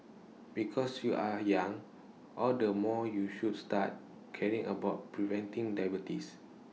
because you are young all the more you should start caring about preventing diabetes